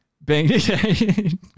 bang